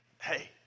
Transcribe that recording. hey